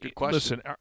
listen